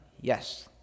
Yes